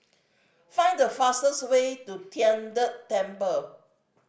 find the fastest way to Tian De Temple